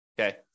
Okay